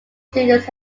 students